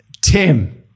Tim